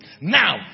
Now